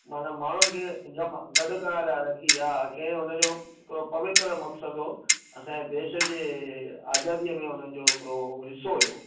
मना माण्हुनि खे जमा गॾु करण लाइ रखी आहे के हुनजो हिकु पवित्र मक़सदु उहो असांजे देश जे आज़ादीअ में हुनजो हिकिड़ो हिसो हुयो